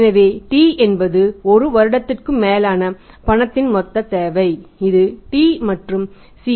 எனவே T என்பது ஒரு வருடத்திற்கும் மேலான பணத்தின் மொத்தத் தேவை இது T மற்றும் C